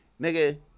nigga